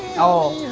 all